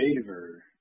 favor